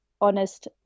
honest